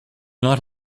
not